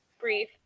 brief